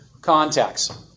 contacts